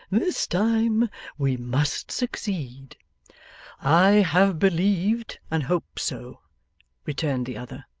this time we must succeed i have believed and hoped so returned the other.